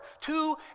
Two